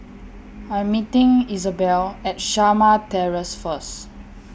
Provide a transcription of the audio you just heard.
I'm meeting Isabel At Shamah Terrace First